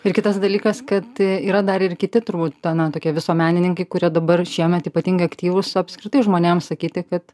ir kitas dalykas kad yra dar ir kiti turbūt na tokie visuomenininkai kurie dabar šiemet ypatingai aktyvūs o apskritai žmonėms sakyti kad